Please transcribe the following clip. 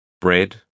bread